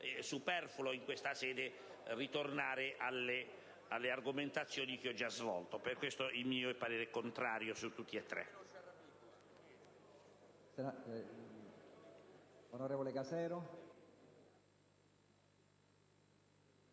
superfluo in questa sede tornare sulle argomentazioni che ho già svolto. Per questo motivo, esprimo parere contrario su tutti gli